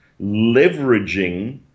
leveraging